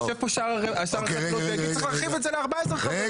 ויישב פה שר החקלאות ויגיד: צריך להרחיב את זה ל-14 חברים,